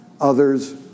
Others